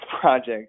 project